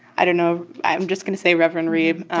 i don't know. i'm just going to say reverend reeb